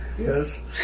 Yes